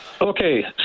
Okay